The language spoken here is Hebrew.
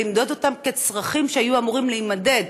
ולמדוד אותם כצרכים שהיו אמורים להימדד?